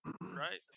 Right